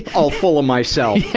all full of myself! yeah,